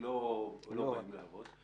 לא באים לעבוד.